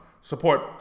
support